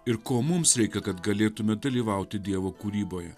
ir ko mums reikia kad galėtume dalyvauti dievo kūryboje